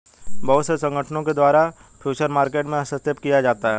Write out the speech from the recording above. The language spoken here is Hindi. बहुत से संगठनों के द्वारा फ्यूचर मार्केट में हस्तक्षेप किया जाता है